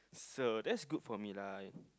so that's good for me lah